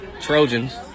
Trojans